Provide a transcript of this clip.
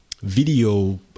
video